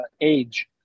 age